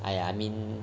!aiya! I mean